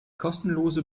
kostenlose